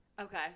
Okay